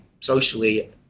socially